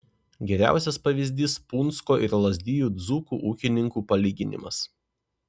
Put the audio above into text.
geriausias pavyzdys punsko ir lazdijų dzūkų ūkininkų palyginimas